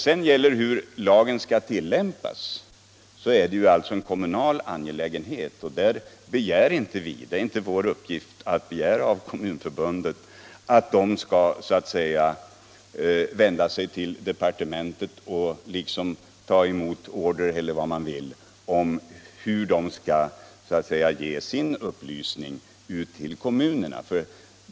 Frågan hur lagen skall tilllämpas är sedan en kommunal angelägenhet, och vi kan inte begära av Kommunförbundet att förbundet skall vända sig till departementet och ta emot order eller vad man vill kalla det om hur Kommunförbundet skall föra ut sin information till kommunerna.